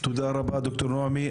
תודה רבה ד"ר נעמי.